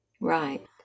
Right